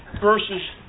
versus